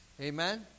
Amen